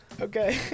Okay